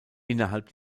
innerhalb